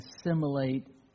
assimilate